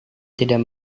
tidak